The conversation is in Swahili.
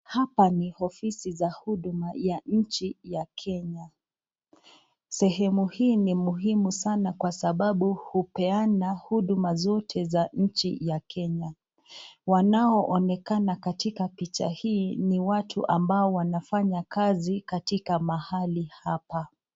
Hapa ni ofisi za huduma ya inchi ya Kenya, sehemu hii ni muhimu sana kwa sababu hupeana huduma zote za inchi ya Kenya. Wanao onekana katika picha hii ni watu ambao wanafanya kazi katika mahali hapa.